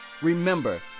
Remember